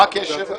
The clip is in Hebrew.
מה הקשר?